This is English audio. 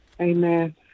Amen